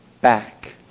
back